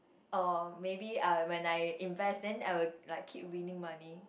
or maybe I'll when I invest then I'll like keep winning money